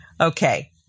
Okay